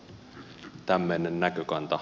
elikkä tämmöinen näkökanta